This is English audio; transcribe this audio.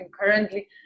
currently